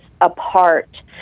apart